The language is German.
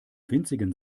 winzigen